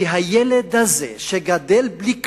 כי הילד הזה, שגדל בלי כלום,